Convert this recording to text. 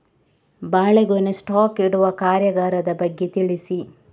ಬಾಳೆಗೊನೆ ಸ್ಟಾಕ್ ಇಡುವ ಕಾರ್ಯಗಾರದ ಬಗ್ಗೆ ತಿಳಿಸಿ